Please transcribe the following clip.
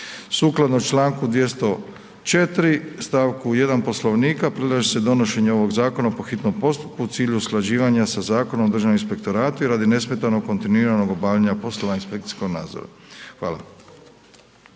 Sukladno članku 204. stavku Poslovnika, predlaže se donošenje ovog zakona po hitnom postupku u cilju usklađivanja sa Zakonom o Državnom inspektoratu radi nesmetanog kontinuiranog obavljanja poslova inspekcijskog nadzora. Hvala.